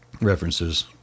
References